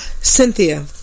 Cynthia